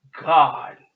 God